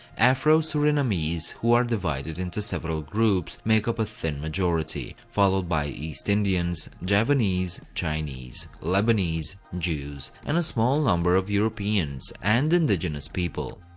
afro-surinamese, who are divided into several groups, make up a thin majority, followed by east indians, javanese, chinese, lebanese, jews, and a small number of europeans and indigenous people.